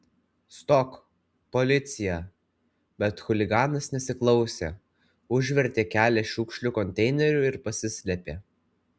stok policija bet chuliganas nesiklausė užvertė kelią šiukšlių konteineriu ir pasislėpė